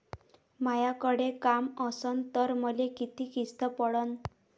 मायाकडे काम असन तर मले किती किस्त पडन?